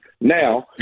now